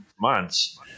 months